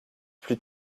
plus